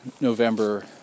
November